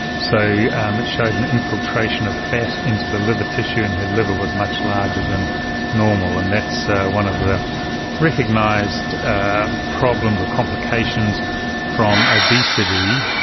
so um it showed an infiltration of fat into the liver tissue, and her liver was much larger than normal, and that's one of the recognised and problems or complications from obesity,